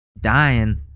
dying